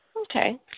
Okay